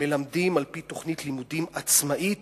מלמדים על-פי תוכנית לימודים עצמאית